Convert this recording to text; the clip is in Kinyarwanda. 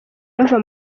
bava